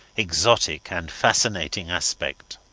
exotic and fascinating aspect.